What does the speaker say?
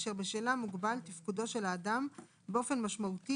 אשר בשלה מוגבל תפקודו של אדם באופן משמעותי